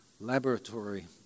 laboratory